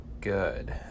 good